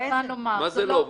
מה זה "לא"?